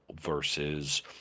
versus